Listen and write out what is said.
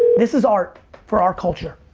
this is art for our culture.